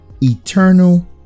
Eternal